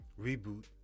Reboot